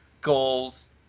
goals